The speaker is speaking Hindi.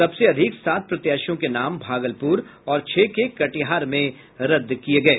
सबसे अधिक सात प्रत्याशियों के नाम भागलपुर और छह के कटिहार में रद्द किये गये